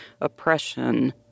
oppression